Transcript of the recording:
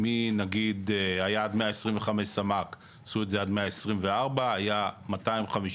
היה עד 125 סמ"ק עשו את זה עד 124. היה 250,